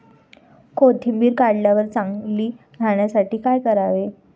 कोथिंबीर काढल्यावर चांगली राहण्यासाठी काय करावे?